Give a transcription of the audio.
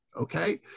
Okay